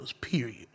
period